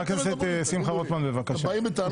חבר הכנסת שמחה רוטמן, בבקשה.